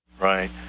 Right